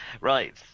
Right